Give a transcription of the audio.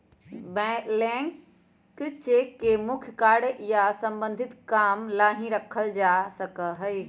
blank cheque के मुख्य कार्य या सम्बन्धित काम ला ही रखा जा सका हई